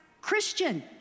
Christian